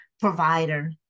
Provider